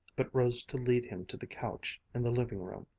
but rose to lead him to the couch in the living-room.